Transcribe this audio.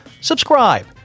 subscribe